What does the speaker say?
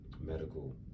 medical